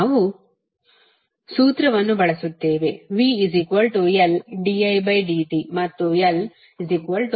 ನಾವು ಸೂತ್ರವನ್ನು ಬಳಸುತ್ತೇವೆ vLdidt and L0